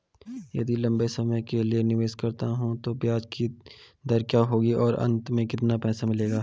यदि लंबे समय के लिए निवेश करता हूँ तो ब्याज दर क्या होगी और अंत में कितना पैसा मिलेगा?